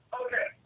okay